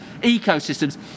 ecosystems